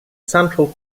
central